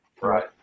Right